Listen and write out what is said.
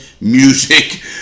music